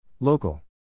Local